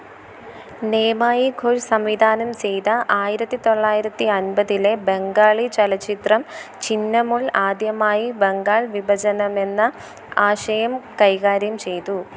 നേമായി ഘോഷ് സംവിധാനം ചെയ്ത ആയിരത്തി തൊള്ളായിരത്തി അൻപതിലെ ബംഗാളി ചലച്ചിത്രം ചിന്നമുൾ ആദ്യമായി ബംഗാള് വിഭജനമെന്ന ആശയം കൈകാര്യം ചെയ്തു